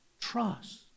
trust